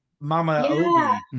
mama